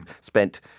spent